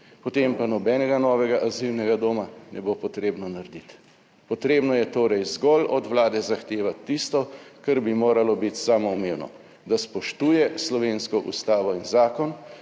Potem pa nobenega novega azilnega doma ne bo potrebno narediti. Potrebno je torej zgolj od Vlade zahtevati tisto, kar bi moralo biti samoumevno, da spoštuje slovensko Ustavo in zakon,